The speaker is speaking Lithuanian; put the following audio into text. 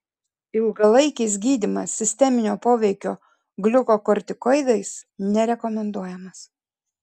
ilgalaikis gydymas sisteminio poveikio gliukokortikoidais nerekomenduojamas